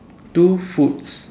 two foods